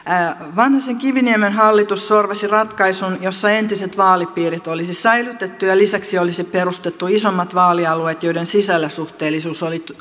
vanhasen kiviniemen hallitus sorvasi ratkaisun jossa entiset vaalipiirit olisi säilytetty ja lisäksi olisi perustettu isommat vaalialueet joiden sisällä suhteellisuus oli